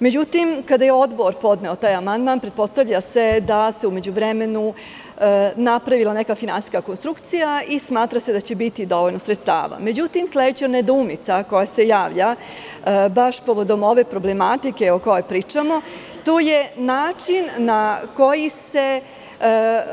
Međutim, kada je Odbor podneo taj amandman, pretpostavlja se da se u međuvremenu napravila neka finansijska konstrukcija i smatra se da će biti dovoljno sredstva Međutim, sledeća nedoumica koja se javlja baš povodom ove problematike o kojoj pričamo, to je način na koji se